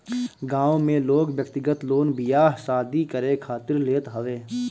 गांव में लोग व्यक्तिगत लोन बियाह शादी करे खातिर लेत हवे